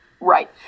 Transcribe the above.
right